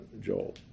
Joel